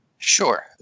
Sure